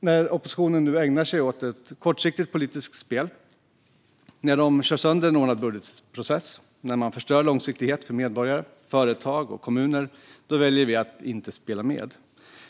När oppositionen nu ägnar sig åt ett kortsiktigt politiskt spel, kör sönder en ordnad budgetprocess och förstör långsiktigheten för medborgare, företag och kommuner väljer vi att inte spela med.